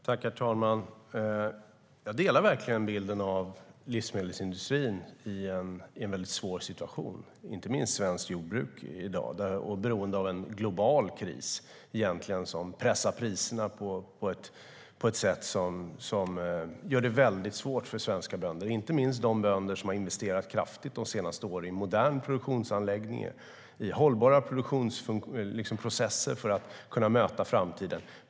Herr talman! Jag delar verkligen bilden av livsmedelsindustrin i en väldigt svår situation, inte minst svenskt jordbruk i dag. Det är egentligen beroende på en global kris som pressar priserna på ett sätt som gör det väldigt svårt för svenska bönder, inte minst de bönder som de senaste åren har investerat kraftigt i moderna produktionsanläggningar och hållbara produktionsprocesser för att kunna möta framtiden.